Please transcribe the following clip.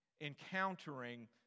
encountering